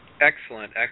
Excellent